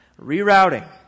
rerouting